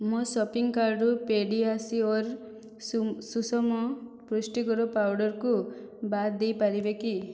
ମୋ ସପିଂ କାର୍ଟ୍ରୁ ପିଡ଼ିଆସିଓର ସୁଷମ ପୁଷ୍ଟିକର ପାଉଡ଼ର୍କୁ ବାଦ ଦେଇପାରିବେ କି